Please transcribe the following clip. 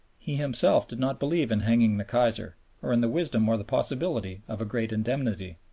he himself did not believe in hanging the kaiser or in the wisdom or the possibility of a great indemnity.